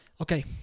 Okay